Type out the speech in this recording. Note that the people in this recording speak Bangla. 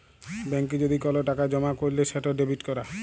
ব্যাংকে যদি কল টাকা জমা ক্যইরলে সেট ডেবিট ক্যরা